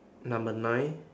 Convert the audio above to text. number nine